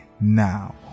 now